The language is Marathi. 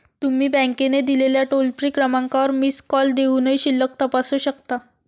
तुम्ही बँकेने दिलेल्या टोल फ्री क्रमांकावर मिस कॉल देऊनही शिल्लक तपासू शकता